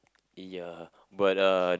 ya but uh